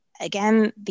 again